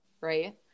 right